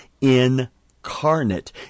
incarnate